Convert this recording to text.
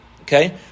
okay